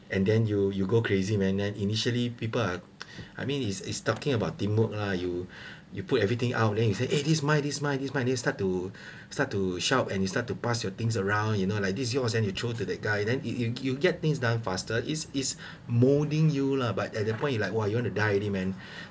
and then you you go crazy man then initially people uh I mean is is talking about teamwork lah you you put everything out then you say this mine this mine this mine then start to start to shout and you start to pass your things around you know like this yours then you throw to that guy then you you get things done faster is is molding you lah but at that point you like !wah! you want to die already man